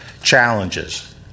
challenges